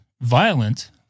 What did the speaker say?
violent